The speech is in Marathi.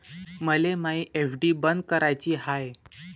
मले मायी एफ.डी बंद कराची हाय